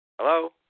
Hello